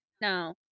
No